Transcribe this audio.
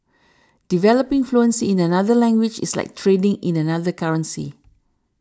developing fluency in another language is like trading in another currency